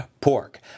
pork